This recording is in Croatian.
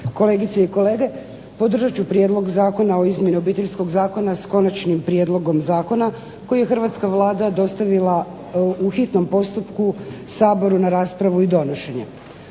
kolegice i kolege. Podržat ću Prijedlog zakona o izmjeni Obiteljskog zakona s konačnim prijedlogom zakona koji je hrvatska Vlada dostavila u hitnom postupku Saboru na raspravu i donošenje.